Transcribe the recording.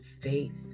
faith